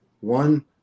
one